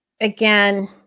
again